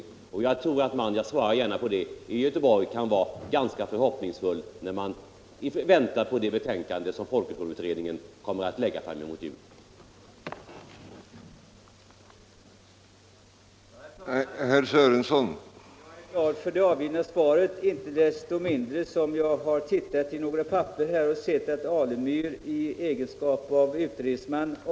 Jag svarar gärna på 191 den ställda frågan och vill säga att man i Göteborg kan vara ganska förhoppningsfull i avvaktan på det betänkande som folkhögskoleutredningen kommer att lägga fram någon gång framemot jul.